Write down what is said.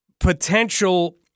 potential